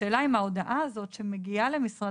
השאלה אם ההודעה הזאת שמגיעה למשרד